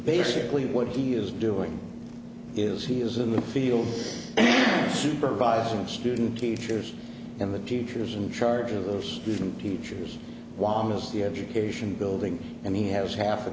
basically what he is doing is he is in the field supervising student teachers and the teachers in charge of those new teachers was the education building and he has half